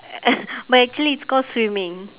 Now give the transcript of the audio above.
but actually it's called swimming